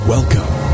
Welcome